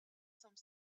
some